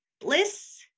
bliss